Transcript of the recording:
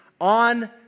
on